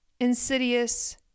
insidious